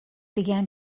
began